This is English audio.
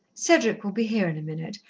cedric will be here in a minute,